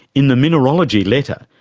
in the mineralogy letter,